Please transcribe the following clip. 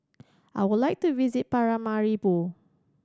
I would like to visit Paramaribo